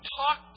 talk